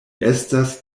estas